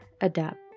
adapt